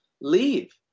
leave